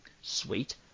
sweet